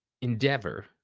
Endeavor